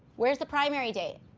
where's the primary date?